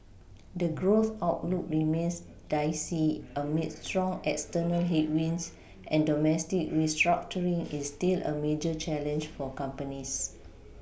the growth outlook remains dicey amid strong external headwinds and domestic restructuring is still a major challenge for companies